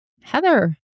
Heather